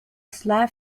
slag